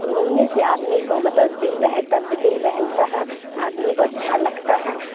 گھومنے سے آدمی کو مطلب دل بہلتا دل بہلتا ہے آدمی کو اچھا لگتا ہے